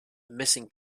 missing